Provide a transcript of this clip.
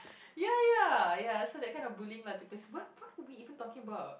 ya ya ya so that kind of bullying lah tapi what what we even talking about